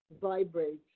vibrates